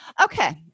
Okay